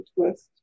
twist